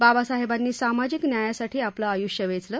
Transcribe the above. बाबासाहेबांनी सामाजिक न्यायासाठी आपलं आयूष्य वेचलं